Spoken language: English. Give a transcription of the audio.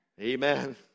amen